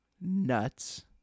nuts